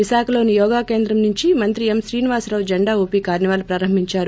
విశాఖపట్నంలోని యోగా కేంద్రం నుండి మంత్రి ఎం శ్రీనివాసరావు జండా ఊపి కార్పివాల్ ను ప్రారంభించారు